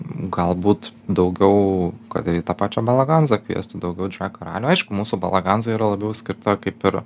galbūt daugiau kad ir į tą pačią balaganzą kviesti daugiau karalių aišku mūsų balaganza yra labiau skirta kaip ir